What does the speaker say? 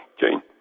Jane